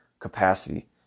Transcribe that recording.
capacity